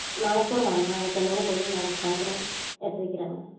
நாளைக்கு கூட வாங்க நாளைக்கு வந்தீங்கன்னால் போதுங்க நாளைக்கு சாயந்தரம் எடுத்து வைக்கிறேங்க